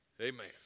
Amen